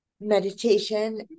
Meditation